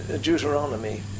Deuteronomy